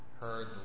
heard